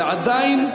זה עדיין,